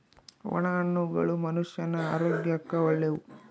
ಒಣ ಹಣ್ಣುಗಳು ಮನುಷ್ಯನ ಆರೋಗ್ಯಕ್ಕ ಒಳ್ಳೆವು